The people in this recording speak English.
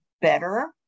better